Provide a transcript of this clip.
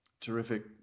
Terrific